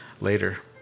later